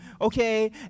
okay